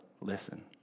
listen